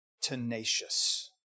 tenacious